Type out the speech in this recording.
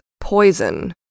poison